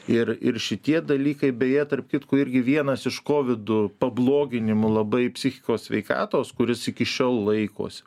ir ir šitie dalykai beje tarp kitko irgi vienas iš kovidų pabloginimų labai psichikos sveikatos kuris iki šiol laikosi